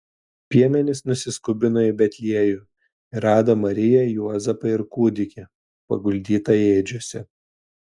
piemenys nusiskubino į betliejų ir rado mariją juozapą ir kūdikį paguldytą ėdžiose